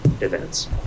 events